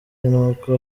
n’uko